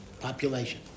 population